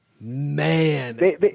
Man